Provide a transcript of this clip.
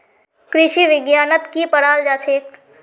कृषि विज्ञानत की पढ़ाल जाछेक